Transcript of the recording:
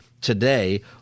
today